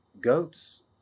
goats